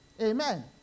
Amen